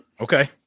Okay